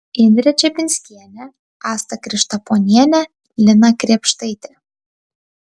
indrė čepinskienė asta krištaponienė lina krėpštaitė